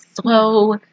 slow